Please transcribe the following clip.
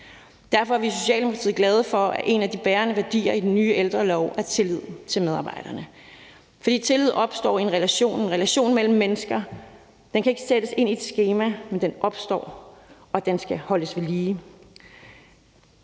Derfor er vi i Socialdemokratiet glade for, at en af de bærende værdier i den nye ældrelov er tilliden til medarbejderne. For tillid opstår i en relation, en relation mellem mennesker, og den kan ikke sættes ind i et skema, men den opstår, og den skal holdes vedlige.